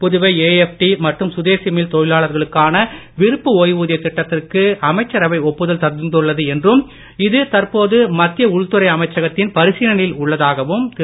Puduvai AFT மற்றும் Swadeshi mill தொழிலாளர்களுக்கான விருப்ப ஓய்வூதியத் திட்டத்திற்கு அமைச்சரவ ஒப்புதல் தந்துள்ளது எனவும் இது தற்போது மத்திய உள்துறை அமைச்சகத்தில் பரிசீலனையில் உள்ளதாக திரு